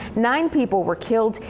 nine people were killed.